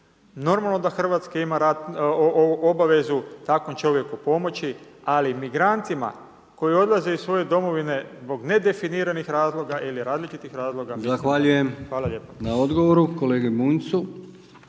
normalno da RH ima obvezu takvom čovjeku pomoći, ali migrantima koji odlaze iz svoje domovine zbog nedefiniranih razloga ili različitih razloga…/Upadica: Zahvaljujem na odgovoru kolegi